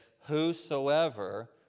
whosoever